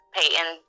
Peyton